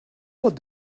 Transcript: what